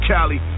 Cali